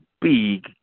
big